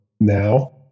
now